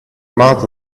mouth